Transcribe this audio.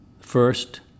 First